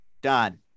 Done